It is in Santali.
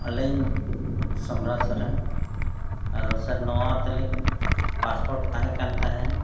ᱟᱹᱞᱤᱧ ᱥᱚᱢᱨᱟ ᱥᱚᱨᱮᱱ ᱟᱫᱚ ᱥᱮᱨ ᱱᱚᱣᱟ ᱛᱟᱞᱤᱧ ᱯᱟᱥᱯᱳᱨᱴ ᱛᱟᱦᱮᱸ ᱠᱟᱱ ᱛᱟᱦᱮᱸᱫ